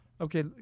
okay